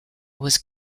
was